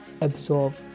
absorb